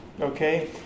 Okay